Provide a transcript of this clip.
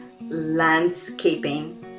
landscaping